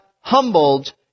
humbled